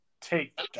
take